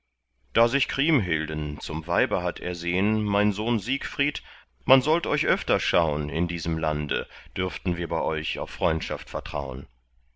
da sich kriemhilden zum weibe hat ersehn mein sohn siegfried man sollt euch öfter schaun in diesem lande dürften wir bei euch auf freundschaft vertraun